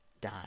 die